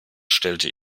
stellte